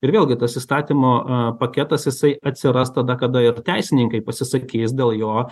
ir vėlgi tas įstatymo paketas jisai atsiras tada kada ir teisininkai pasisakys dėl jo